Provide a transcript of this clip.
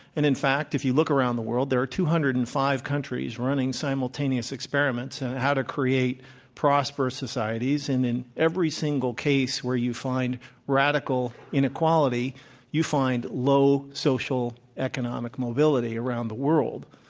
and, in fact, if you look around the world, there are two hundred and five countries running simultaneous experiments on how to create prosperous societies. and in every single case where you find radical inequality you find low social economic mobility around the world,